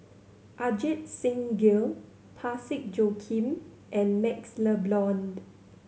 Ajit Singh Gill Parsick Joaquim and MaxLe Blond